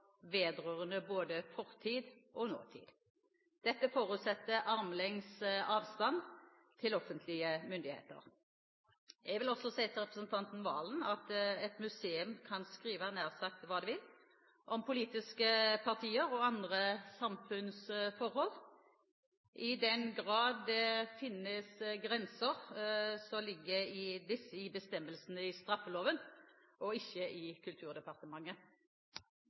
vedrørende både fortid og nåtid. Dette forutsetter armlengdes avstand til offentlige myndigheter. Jeg vil også si til representanten Serigstad Valen at et museum kan skrive nær sagt hva det vil om politiske partier og andre samfunnsforhold. I den grad det finnes grenser, ligger disse i bestemmelsene i straffeloven og ikke i Kulturdepartementet.